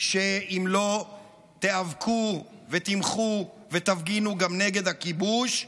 שאם לא תיאבקו ותמחו ותפגינו גם נגד הכיבוש,